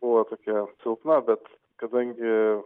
buvo tokia silpna bet kadangi